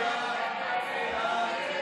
מי נמנע?